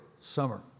summer